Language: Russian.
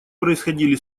происходили